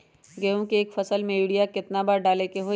गेंहू के एक फसल में यूरिया केतना बार डाले के होई?